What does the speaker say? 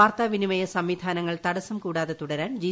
വാർത്താ വിനിമയ സംവിധാനങ്ങൾ തടസ്സം കൂടാതെ തുടരാൻ ജി